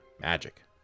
Magic